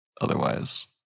Otherwise